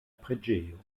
preĝejo